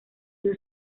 you